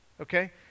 okay